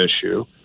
issue